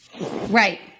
right